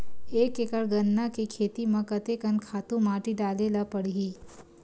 एक एकड़ गन्ना के खेती म कते कन खातु माटी डाले ल पड़ही?